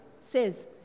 says